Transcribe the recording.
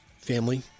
family